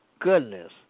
goodness